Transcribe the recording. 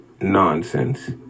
nonsense